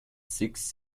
six